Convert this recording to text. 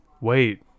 Wait